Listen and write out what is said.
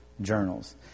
journals